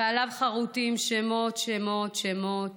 ועליה חרוטים שמות, שמות, שמות,